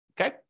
okay